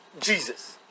Jesus